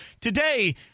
Today